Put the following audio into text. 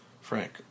Frank